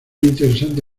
interesante